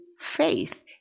faith